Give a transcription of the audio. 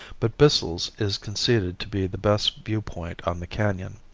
but bissell's is conceded to be the best view point on the canon.